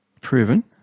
proven